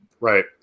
Right